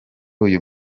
uyu